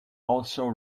also